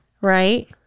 right